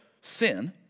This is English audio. sin